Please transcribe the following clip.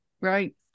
right